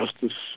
justice